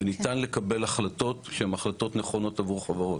וניתן לקבל החלטות שהם החלטות נכונות עבור חברות.